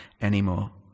anymore